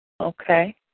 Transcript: Okay